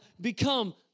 become